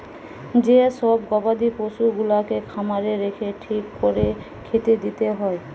যে সব গবাদি পশুগুলাকে খামারে রেখে ঠিক কোরে খেতে দিতে হয়